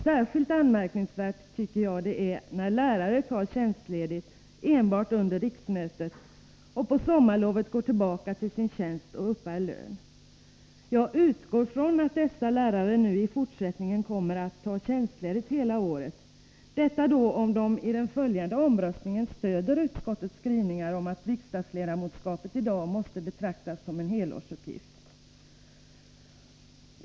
Särskilt anmärkningsvärt tycker jag att det är när lärare tar tjänstledigt enbart under riksmötet och på sommarlovet går tillbaka till sin tjänst och uppbär lön. Jag utgår från att dessa lärare i fortsättningen kommer att ta tjänstledigt hela året, i varje fall om de i den följande omröstningen stöder utskottets skrivningar om att riksdagsledamotskapet i dag måste betraktas som en helårsuppgift.